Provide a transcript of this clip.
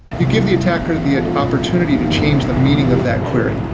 you give the attacker the opportunity to change the meaning of that query.